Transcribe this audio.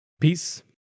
Peace